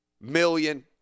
million